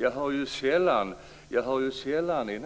Men jag hör sällan den andra sidan kritiseras i